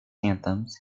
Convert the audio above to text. anthems